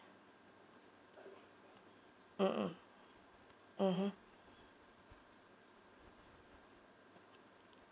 mmhmm (uh huh)